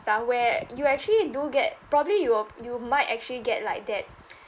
stuff where you actually do get probably you'll you might actually get like that